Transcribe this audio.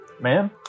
man